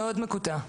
מקוטע.